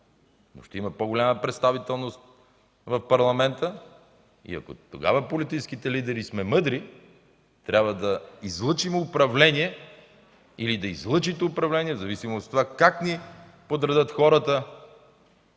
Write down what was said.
но ще има по-голяма представителност в Парламента. И ако тогава политическите лидери сме мъдри, трябва да излъчим управление или да излъчите управление, в зависимост от това как ни подредят хората,